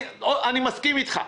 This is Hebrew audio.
אני מסכים אתך.